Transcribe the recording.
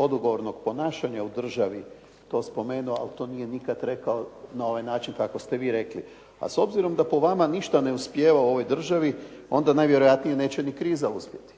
odgovornog ponašanja u državi to spomenuo ali to nije nikad rekao na ovaj način kako ste vi rekli. A s obzirom da po vama ništa ne uspijeva u ovoj državi onda najvjerojatnije neće ni kriza uspjeti.